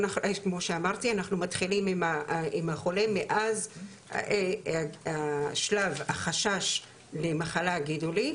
אנחנו מתחילים עם החולה מאז שלב החשש למחלה גידולית,